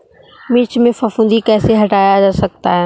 मिर्च में फफूंदी कैसे हटाया जा सकता है?